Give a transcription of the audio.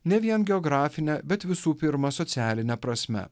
ne vien geografine bet visų pirma socialine prasme